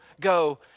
go